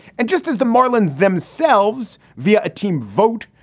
and just as the marlins themselves, via a team vote,